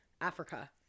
africa